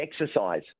exercise